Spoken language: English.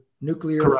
nuclear